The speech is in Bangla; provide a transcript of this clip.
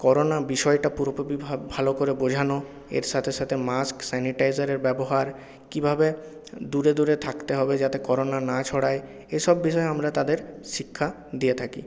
করোনা বিষয়টা পুরোপুরি ভালো করে বোঝানো এর সাথে সাথে মাস্ক স্যানিটাইজারের ব্যবহার কীভাবে দূরে দূরে থাকতে হবে যাতে করোনা না ছড়ায় এসব বিষয়ে আমরা তাদের শিক্ষা দিয়ে থাকি